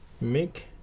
make